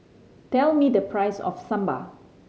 tell me the price of Sambar